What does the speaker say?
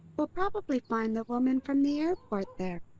we'll probably find the woman from the airport there.